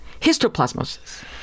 histoplasmosis